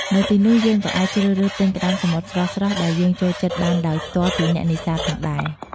នៅទីនោះ យើងក៏អាចជ្រើសរើសទិញគ្រឿងសមុទ្រស្រស់ៗដែលយើងចូលចិត្តបានដោយផ្ទាល់ពីអ្នកនេសាទផងដែរ។